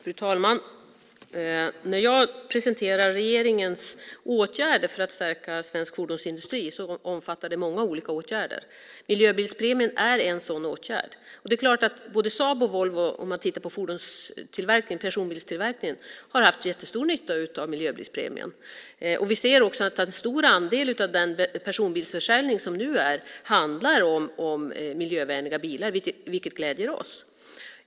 Fru talman! När jag presenterar regeringens åtgärder för att stärka svensk fordonsindustri omfattar det många olika åtgärder. Miljöbilspremien är en sådan åtgärd. När det gäller personbilstillverkningen har både Saab och Volvo haft jättestor nytta av miljöbilspremien. Vi ser också att en stor andel av den personbilsförsäljning som nu sker handlar om miljövänliga bilar, vilket gläder oss.